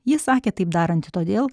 ji sakė taip daranti todėl